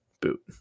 boot